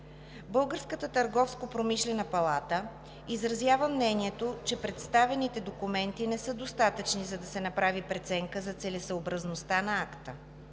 Българската търговско-промишлена палата изразява мнението, че представените документи не са достатъчни, за да се направи преценка за целесъобразността на акта.